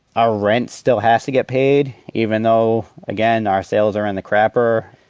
our rent still has to get paid, even though, again, our sales are in the crapper.